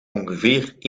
ongeveer